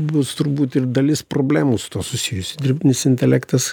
bus turbūt ir dalis problemų su tuo susijusi dirbtinis intelektas